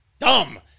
dumb